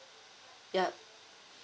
ya